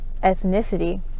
ethnicity